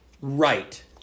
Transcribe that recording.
right